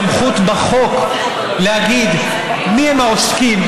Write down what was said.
את הסמכות בחוק להגיד מיהם העוסקים